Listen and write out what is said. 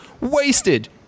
wasted